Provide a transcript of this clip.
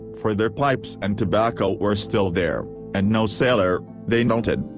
for their pipes and tobacco were still there and no sailor, they noted,